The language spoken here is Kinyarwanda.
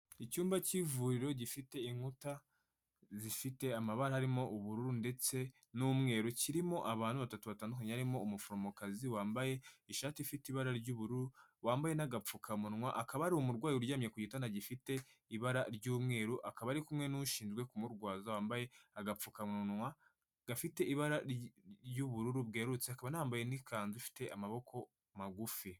Icyumba cy'ivuriro gifite inkuta, zifite amabara arimo ubururu ndetse n'umweru, kirimo abantu batatu batandukanye barimo umuforomokazi wambaye ishati ifite ibara ry'ubururu wambaye n'agapfukamunwa, hakaba hari umurwayi uryamye ku gitanda gifite ibara ry'umweru, akaba ari kumwe n'ushinzwe kumurwaza wambaye agapfukamunwa gafite ibara ry'ubururu bwererutse, akaba anambaye n'ikanzu ifite amaboko magufi.